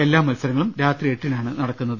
എല്ലാ മത്സരങ്ങളും രാത്രി എട്ടിനാണ് നടക്കുന്നത്